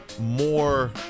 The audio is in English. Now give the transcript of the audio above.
more –